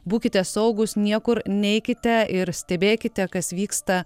būkite saugūs niekur neikite ir stebėkite kas vyksta